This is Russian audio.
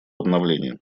обновления